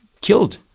killed